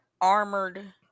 armored